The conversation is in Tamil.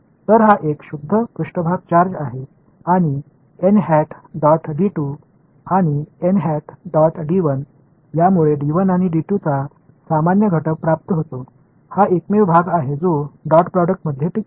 எனவே இது ஒரு தூய்மையான மேற்பரப்பு சார்ஜ் மற்றும்மற்றும் இது மற்றும் இன் இயல்பான கூறுகளைப் பிடிக்கிறது மேலும் இந்த ஒரு பகுதி மற்றும் டாட் ப்ராடக்ட் நீடித்து இருக்கும்